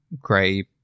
gray